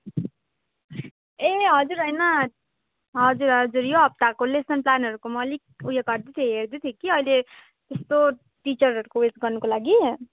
ए हजुर होइन हजुर हजुर यो हप्ताको लेसन प्लानहरूको म अलिक उयो गर्दै थिएँ हेर्दै थिएँ कि अहिले कस्तो टिचरहरूको उयस गर्नुको लागि